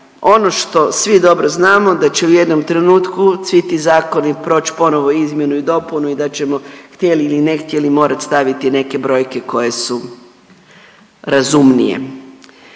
Ono što dobro svi znamo da će u jednom trenutku svi ti zakoni proći ponovo izmjenu i dopunu i da ćemo htjeli ili ne htjeli morat staviti neke brojke koje su razumnije